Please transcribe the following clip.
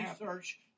research